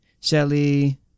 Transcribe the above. Shelly